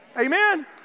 Amen